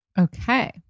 Okay